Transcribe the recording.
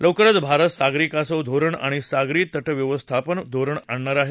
लवकरच भारत सागरी कासव धोरण आणि सागरी त िव्यवस्थापन धोरण आणणार आहे